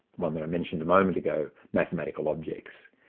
one that i mentioned a moment ago mathematical objects,